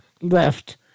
left